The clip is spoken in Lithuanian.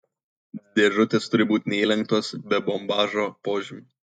dėžutės turi būti neįlenktos be bombažo požymių